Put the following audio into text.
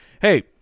hey